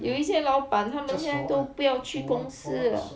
有一些老板他明天都不要去公司 liao